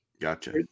Gotcha